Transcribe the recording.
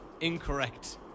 incorrect